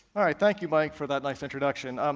alright thank you mike for that nice introduction.